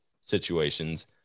situations